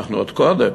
אנחנו עוד קודם,